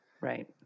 right